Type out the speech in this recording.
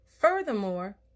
Furthermore